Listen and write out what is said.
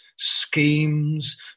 schemes